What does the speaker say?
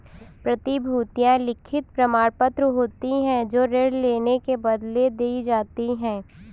प्रतिभूतियां लिखित प्रमाणपत्र होती हैं जो ऋण लेने के बदले दी जाती है